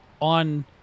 on